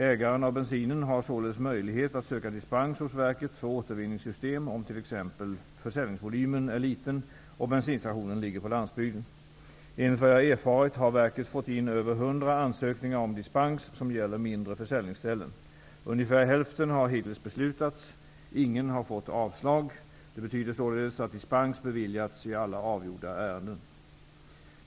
Ägaren till bensinen har således möjlighet att söka dispens hos verket för återvinningssystem om t.ex. försäljningsvolymen är liten och bensinstationen ligger på landsbygden. Enligt vad jag erfarit har verket fått in över hundra ansökningar om dispens som gäller mindre försäljningsställen. Ungefär hälften av ärendena har hittills avgjorts. Ingen har fått avslag. Det betyder således att dispens beviljats i alla avgjorda ärenden.